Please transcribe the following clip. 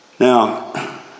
Now